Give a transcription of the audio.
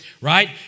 right